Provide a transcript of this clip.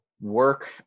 work